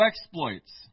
exploits